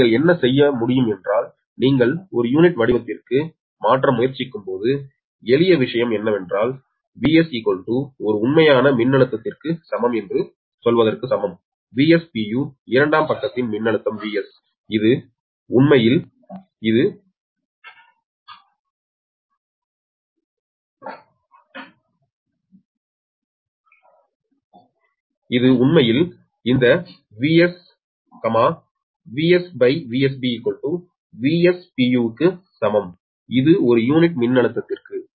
எனவே நீங்கள் என்ன செய்ய முடியும் என்றால் நீங்கள் ஒரு யூனிட் வடிவத்திற்கு மாற்ற முயற்சிக்கும்போது எளிய விஷயம் என்னவென்றால் 𝑽𝒔 ஒரு உண்மையான மின்னழுத்தத்திற்கு சமம் என்று சொல்வதற்கு சமம் 𝑽𝒔 இரண்டாம் பக்கத்தின் மின்னழுத்தம் 𝑽𝒔 இது உண்மையில் இது உண்மையில் இந்த 𝑽𝒔 VsVsBVs க்கு சமம் இது ஒரு யூனிட் மின்னழுத்தத்திற்கு